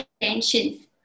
intentions